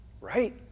Right